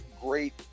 great